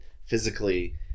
physically